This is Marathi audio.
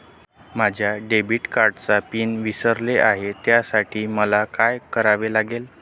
माझ्या डेबिट कार्डचा पिन विसरले आहे त्यासाठी मला काय करावे लागेल?